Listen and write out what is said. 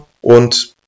und